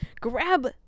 grab